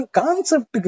concept